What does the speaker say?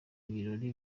ibirori